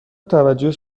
توجهش